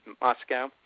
Moscow